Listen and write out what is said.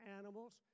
animals